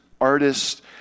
artists